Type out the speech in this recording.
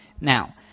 Now